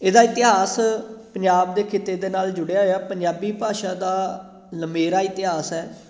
ਇਹਦਾ ਇਤਿਹਾਸ ਪੰਜਾਬ ਦੇ ਖਿੱਤੇ ਦੇ ਨਾਲ ਜੁੜਿਆ ਹੋਇਆ ਪੰਜਾਬੀ ਭਾਸ਼ਾ ਦਾ ਲੰਮੇਰਾ ਇਤਿਹਾਸ ਹੈ